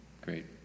great